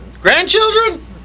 Grandchildren